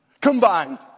combined